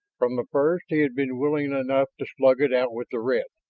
from the first he had been willing enough to slug it out with the red,